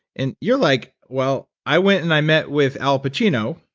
and you're like, well, i went and i met with al pacino,